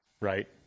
right